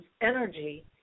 energy